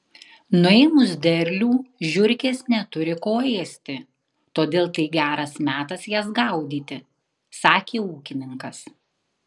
nuėmus derlių žiurkės neturi ko ėsti todėl tai geras metas jas gaudyti sakė ūkininkas